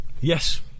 Yes